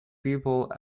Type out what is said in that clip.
people